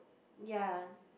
ya